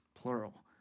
plural